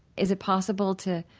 is it possible to